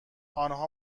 آنها